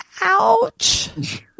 Ouch